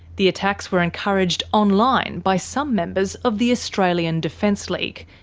the attacks were encouraged online by some members of the australian defence league,